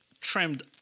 trimmed